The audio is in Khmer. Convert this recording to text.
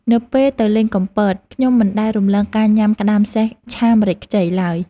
នៅពេលទៅលេងកំពត ខ្ញុំមិនដែលរំលងការញ៉ាំក្តាមសេះឆាម្រេចខ្ចីឡើយ។